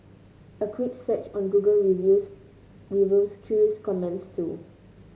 a quick search on Google Reviews reveals curious comments too